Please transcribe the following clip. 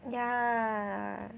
yeah